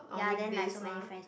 ya then like so many friends